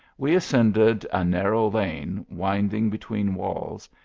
we ascended a narrow lane, winding between walls,